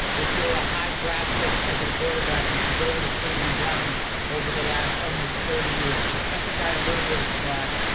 if you're a high draft pick as a quarterback is to go to the cleveland browns over the last almost thirty years. so cut the guy a little bit of slack.